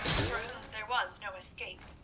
for whom there was no escape.